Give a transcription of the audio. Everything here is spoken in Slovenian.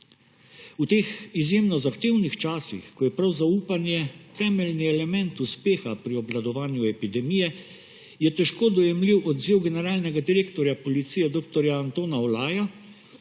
V teh izjemno zahtevnih časih, ko je prav zaupanje temeljni element uspeha pri obvladovanju epidemije, je težko dojemljiv odziv generalnega direktorja policije dr. Antona Olaja,